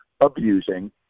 abusing